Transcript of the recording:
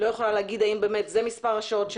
אני לא יכולה להגיד מה מספר השעות,